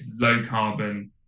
low-carbon